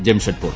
Jamshedpur